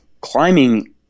climbing